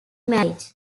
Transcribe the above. marriage